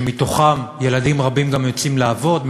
שמהם ילדים רבים גם יוצאים לעבוד,